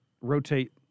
rotate